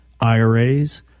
IRAs